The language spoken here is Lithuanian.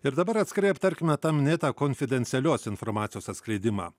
ir dabar atskirai aptarkime tą minėtą konfidencialios informacijos atskleidimą